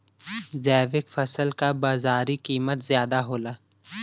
जैविक फसल क बाजारी कीमत ज्यादा होला